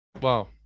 wow